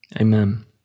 Amen